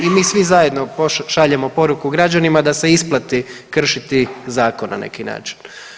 I mi svi zajedno šaljemo poruku građanima da se isplati kršiti zakon na neki način.